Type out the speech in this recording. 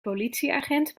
politieagent